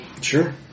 Sure